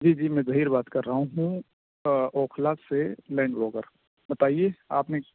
جی جی میں ظہیر بات کر رہا ہوں اوکھلا سے لینڈ بروکر بتائیے آپ نے